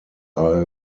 are